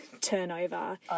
turnover